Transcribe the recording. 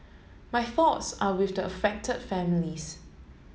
my thoughts are with the affected families